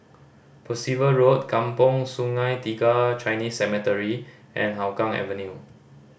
Percival Road Kampong Sungai Tiga Chinese Cemetery and Hougang Avenue